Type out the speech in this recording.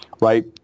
right